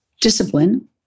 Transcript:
discipline